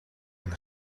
een